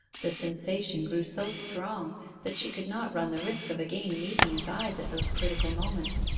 the sensation grew so strong that she could not run the risk of again meeting his eyes at those critical moments,